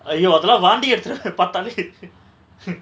!aiyo! அதலா வாந்தி எடுத்துருவ:athala vaanthi eduthuruva பாத்தாலே:paathale